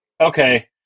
okay